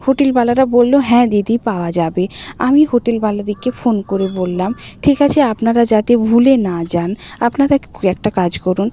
হোটেলওয়ালারা বলল হ্যাঁ দিদি পাওয়া যাবে আমি হোটেলওয়ালাদেরকে ফোন করে বললাম ঠিক আছে আপনারা যাতে ভুলে না যান আপনারা একটা কাজ করুন